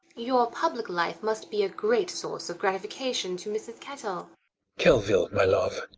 your public life must be a great source of gratification to mrs. kettle kelvil, my love,